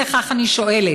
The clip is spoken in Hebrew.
אי לכך, אני שואלת: